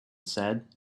said